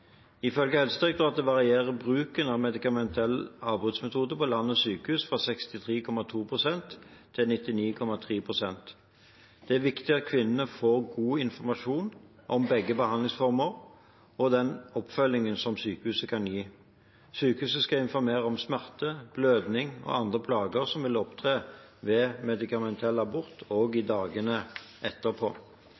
Ifølge Helsedirektoratet varierer bruken av medikamentell avbruddsmetode på landets sykehus fra 63,2 pst. til 99,3 pst. Det er viktig at kvinnene får god informasjon om begge behandlingsformer og om den oppfølgingen sykehuset kan gi. Sykehuset skal informere om smerte, blødning og andre plager som vil opptre ved medikamentell abort også i